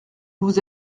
vous